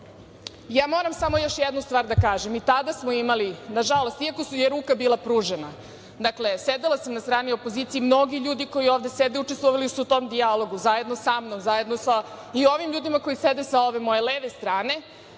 moram samo još jednu stvar da kažem. I tada smo imali, nažalost, iako je ruka bila pružena, dakle sedela sam na strani opozicije, mnogi ljudi koji ovde sede učestvovali su u tom dijalogu zajedno sa mnom, zajedno i sa ovim ljudima koji sede sa ove moje leve strane,